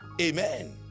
Amen